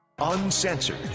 uncensored